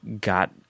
got